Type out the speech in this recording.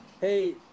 hey